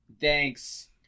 Thanks